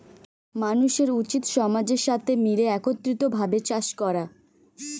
মানুষের উচিত সমাজের সাথে মিলে একত্রিত ভাবে চাষ করা